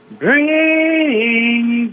bring